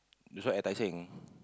this one enticing